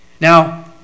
Now